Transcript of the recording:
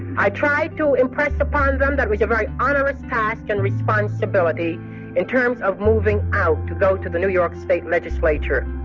i tried to impress upon them that it was a very ah onerous task and responsibility in terms of moving out to go to the new york state legislature.